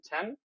ten